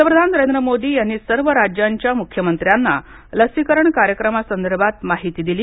पंतप्रधान नरेंद्र मोदी यांनी सर्व राज्यांच्या मुख्यमंत्र्यांना लसीकरण कार्यक्रमासंदर्भात माहिती दिली